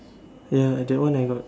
ya that one I got